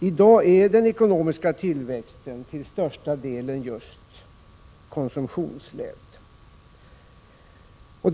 I dag är den ekonomiska tillväxten till största delen just konsumtionsledd.